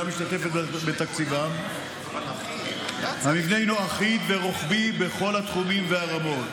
משתתפת בתקציבם הינו אחיד ורוחבי בכל התחומים והרמות.